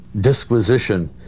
disquisition